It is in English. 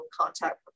contact